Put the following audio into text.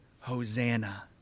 Hosanna